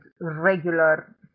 regular